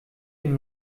den